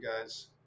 guys